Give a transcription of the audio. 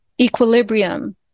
equilibrium